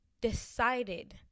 decided